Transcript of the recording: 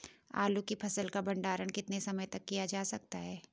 आलू की फसल का भंडारण कितने समय तक किया जा सकता है?